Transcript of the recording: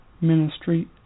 ministry